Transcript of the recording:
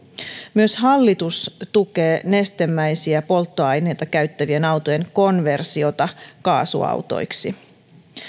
myös hallitus tukee nestemäisiä polttoaineita käyttävien autojen konversiota kaasuautoiksi